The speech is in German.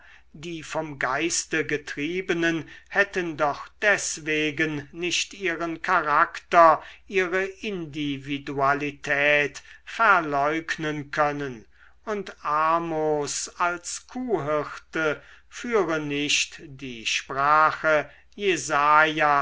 die vom geiste getriebenen hätten doch deswegen nicht ihren charakter ihre individualität verleugnen können und amos als kuhhirte führe nicht die sprache jesaias